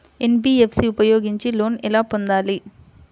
NBFC ఉపయోగించి loan ఎలా పొందాలి?